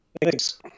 Thanks